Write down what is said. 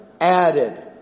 added